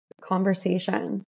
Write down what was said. conversation